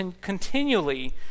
continually